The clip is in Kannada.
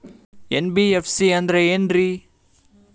ಎನ್.ಬಿ.ಎಫ್.ಸಿ ಅಂದ್ರ ಏನ್ರೀ?